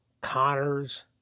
Connors